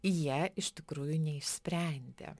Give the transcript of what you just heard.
jie iš tikrųjų neišsprendė